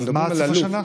מה עד סוף השנה?